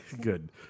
Good